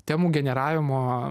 temų generavimo